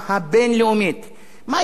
מה הייתם עושים, אדוני היושב-ראש